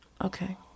Okay